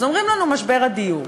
אז אומרים לנו: משבר הדיור,